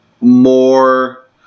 more